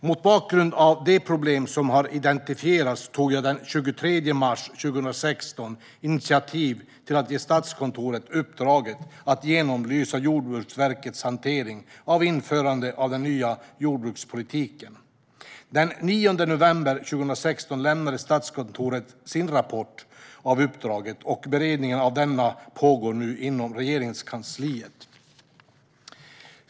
Mot bakgrund av de problem som har identifierats tog jag den 23 mars 2016 initiativ till att ge Statskontoret uppdraget att genomlysa Jordbruksverkets hantering av införandet av den nya jordbrukspolitiken. Den 9 november 2016 lämnade Statskontoret sin rapport av uppdraget, och beredning av denna pågår nu inom Regeringskansliet.